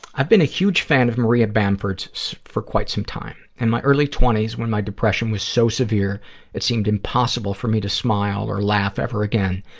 i've been a huge fan of maria bamford's for quite some time. in and my early twenties, when my depression was so severe it seemed impossible for me to smile or laugh ever again,